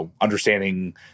Understanding